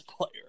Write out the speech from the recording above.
player